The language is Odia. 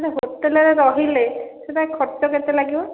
ନା ନା ହୋଟେଲ ରେ ରହିଲେ ସେଟା ଖର୍ଚ୍ଚ କେତେ ଲାଗିବ